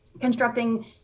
constructing